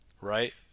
right